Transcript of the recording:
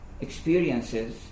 experiences